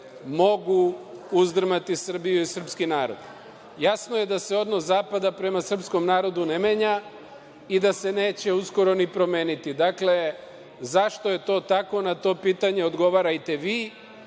mogu uzdrmati Srbiju i srpski narod. Jasno je da se odnos zapada prema srpskom narodu ne menja i da se neće uskoro ni promeniti. Dakle, zašto je to tako, na to pitanje odgovarajte vi,